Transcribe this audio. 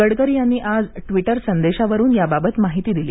गडकरी यांनी आज ट्विटर संदेशांवरून याबाबत माहिती दिली